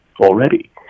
already